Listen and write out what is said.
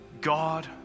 God